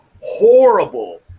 horrible